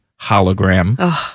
hologram